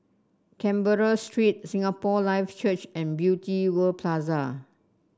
Canberra Street Singapore Life Church and Beauty World Plaza